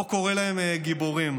או קורא להם גיבורים.